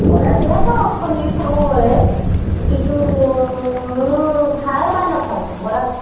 ଭଡ଼ାଟିଆ ତ ଅଛନ୍ତି ସବୁବେଳେ କିନ୍ତୁ ମୁଁ ଥାଏ ବା ନଥାଏ ଭଡ଼ା